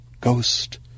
ghost